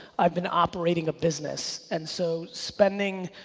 i've been operating a business. and so spending